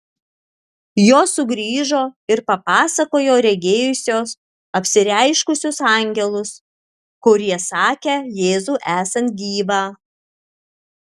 jos sugrįžo ir papasakojo regėjusios apsireiškusius angelus kurie sakę jėzų esant gyvą